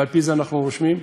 ועל-פי זה אנחנו רושמים,